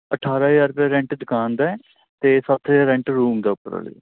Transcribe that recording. ਅਠਾਰਾਂ ਹਜ਼ਾਰ ਰੁਪਇਆ ਰੈਂਟ ਦੁਕਾਨ ਦਾ ਅਤੇ ਸੱਤ ਹਜ਼ਾਰ ਰੈਂਟ ਰੂਮ ਦਾ ਉੱਪਰ ਵਾਲੇ ਦਾ